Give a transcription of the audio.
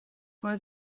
mal